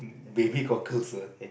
baby cockles err